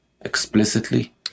explicitly